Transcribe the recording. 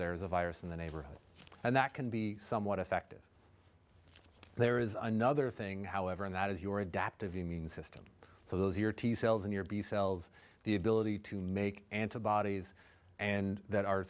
there is a virus in the neighborhood and that can be somewhat effective there is another thing however and that is your adaptive immune system so those your t cells and your b cells the ability to make antibodies and that are